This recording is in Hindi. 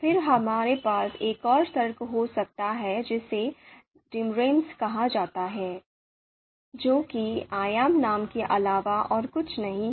फिर हमारे पास एक और तर्क हो सकता है जिसे डिमनेम्स कहा जाता है जो कि आयाम नाम के अलावा और कुछ नहीं है